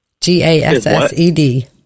G-A-S-S-E-D